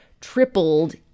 tripled